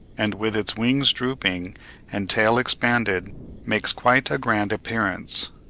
and with its wings drooping and tail expanded makes quite a grand appearance.